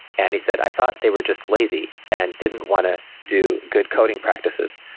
and he said, i thought they were just lazy and didn't want to do good coding practices.